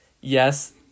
yes